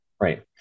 Right